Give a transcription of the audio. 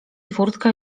furtka